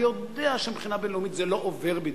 אני יודע שמבחינה בין-לאומית זה לא עובר בדיוק,